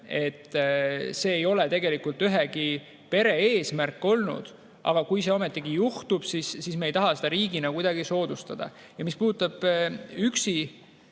et see ei ole tegelikult ühegi pere eesmärk olnud, aga kui see ometigi juhtub, siis me ei taha seda riigina kuidagi soodustada. Ja mis puudutab üksi